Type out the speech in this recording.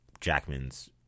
Jackman's